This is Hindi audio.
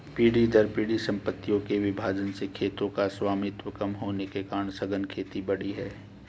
पीढ़ी दर पीढ़ी सम्पत्तियों के विभाजन से खेतों का स्वामित्व कम होने के कारण सघन खेती बढ़ी है